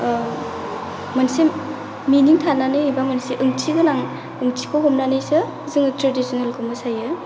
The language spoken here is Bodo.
मोनसे मिनिं थानानै एबा मोनसे ओंथि गोनां ओंथिखौ हमनानैसो जोङो थ्रेदिसनेलखौ मोसायो